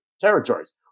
territories